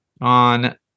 on